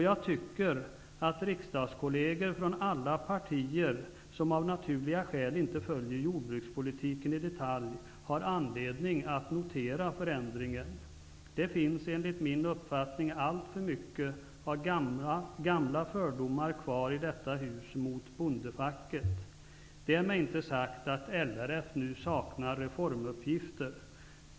Jag tycker också att riksdagskolleger från alla partier som av naturliga skäl inte följer jordbrukspolitiken i detalj har anledning att notera förändringen. Det finns enligt min uppfattning alltför mycket av gamla fördomar kvar i detta hus mot bondefacket. Därmed inte sagt att LRF nu saknar reformuppgifter.